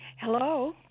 hello